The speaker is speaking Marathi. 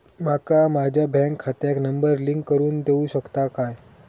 माका माझ्या बँक खात्याक नंबर लिंक करून देऊ शकता काय?